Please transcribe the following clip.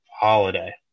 holiday